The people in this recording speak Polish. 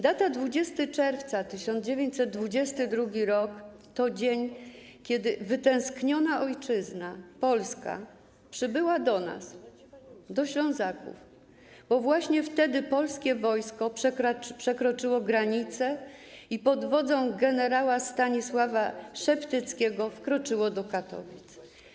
Data 20 czerwca 1922 r. to dzień, w którym wytęskniona ojczyzna - Polska, przybyła do nas, do Ślązaków, bo właśnie wtedy polskie wojsko przekroczyło granicę i pod wodzą gen. Stanisława Szeptyckiego wkroczyło do Katowic.